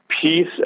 peace